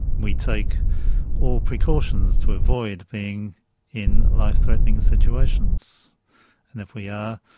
we take all precautions to avoid being in life-threatening situations and if we are,